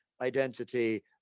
identity